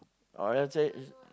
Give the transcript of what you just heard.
oh then say